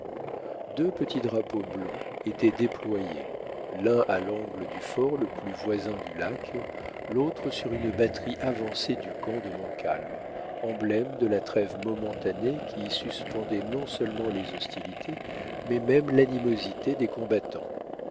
deux petits drapeaux blancs étaient déployés l'un à l'angle du fort le plus voisin du lac l'autre sur une batterie avancée du camp de montcalm emblème de la trêve momentanée qui suspendait non seulement les hostilités mais même l'animosité des combattants